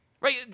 Right